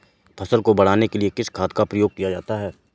फसल को बढ़ाने के लिए किस खाद का प्रयोग किया जाता है?